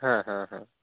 হ্যাঁ হ্যাঁ হ্যাঁ